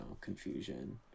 confusion